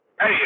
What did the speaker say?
Hey